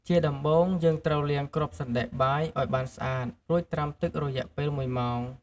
ជាដំបូង យើងត្រូវលាងគ្រាប់សណ្ដែកបាយឱ្យបានស្អាត រួចត្រាំទឹករយៈពេល ១ម៉ោង។